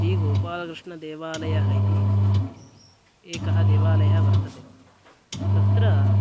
श्रीगोपालकृष्णदेवालयः इति एकः देवालयः वर्तते तत्र